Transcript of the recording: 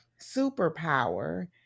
superpower